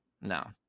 No